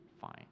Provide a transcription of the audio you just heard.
fine